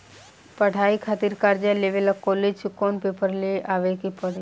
पढ़ाई खातिर कर्जा लेवे ला कॉलेज से कौन पेपर ले आवे के पड़ी?